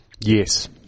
Yes